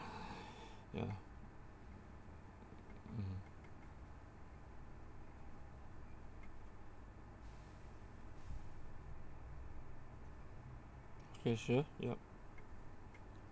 ya mm okay sure yup